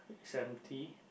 seventy